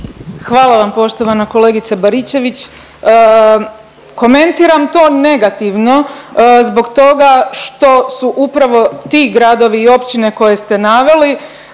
Hvala vam poštovana kolegice Baričević. Komentiram to negativno zbog toga što su upravo ti gradovi i općine koje ste naveli